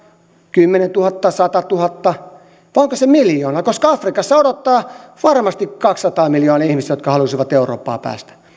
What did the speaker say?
kymmenentuhatta satatuhatta vai onko niitä miljoona koska afrikassa odottaa varmasti kaksisataa miljoonaa ihmistä jotka haluaisivat eurooppaan päästä